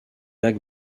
lac